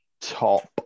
top